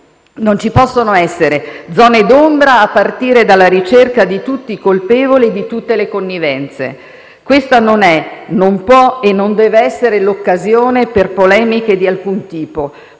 Non ci possono essere zone d'ombra, a partire dalla ricerca di tutti i colpevoli e di tutte le connivenze. Questa non è, non può e non deve essere l'occasione per polemiche di alcun tipo.